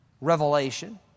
revelation